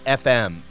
fm